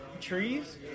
trees